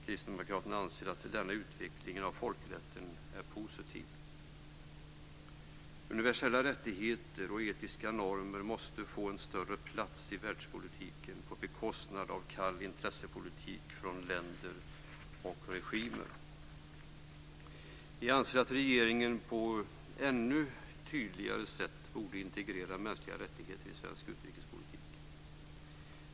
Kristdemokraterna anser att denna utveckling av folkrätten är positiv. Universella rättigheter och etiska normer måste få en större plats i världspolitiken på bekostnad av kall intressepolitik från länder och regimer. Vi anser att regeringen på ett ännu tydligare sätt borde integrera mänskliga rättigheter i svensk utrikespolitik.